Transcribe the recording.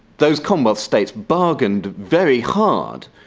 those commonwealth states bargained very hard.